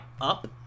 up